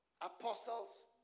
apostles